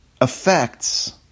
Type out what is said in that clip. affects